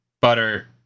butter